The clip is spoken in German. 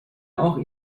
auch